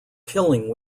killing